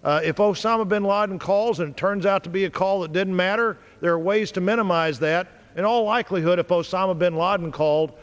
that if osama bin laden calls and turns out to be a call it didn't matter there are ways to minimize that in all likelihood a post on a bin laden